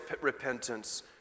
repentance